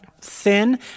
thin